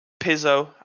pizzo